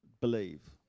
believe